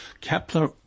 Kepler